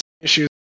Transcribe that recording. issues